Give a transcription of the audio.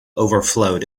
overflowed